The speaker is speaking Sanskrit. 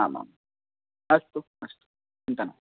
आमाम् अस्तु चिन्ता नास्ति